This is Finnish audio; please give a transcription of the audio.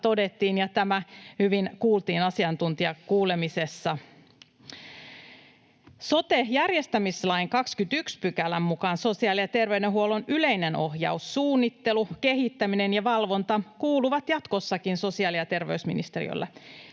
ja tämä hyvin kuultiin asiantuntijakuulemisessa. Sote-järjestämislain 21 §:n mukaan sosiaali‑ ja terveydenhuollon yleinen ohjaus, suunnittelu, kehittäminen ja valvonta kuuluvat jatkossakin sosiaali‑ ja terveysministeriölle.